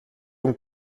und